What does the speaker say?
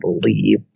believe